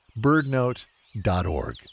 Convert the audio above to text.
birdnote.org